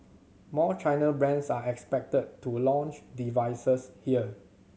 more China brands are expected to launch devices here